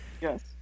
Yes